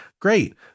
Great